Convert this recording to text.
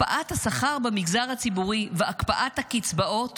הקפאת השכר במגזר הציבורי והקפאת הקצבאות